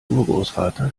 urgroßvater